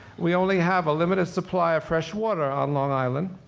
we only have a limited supply of fresh water on long island.